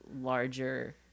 larger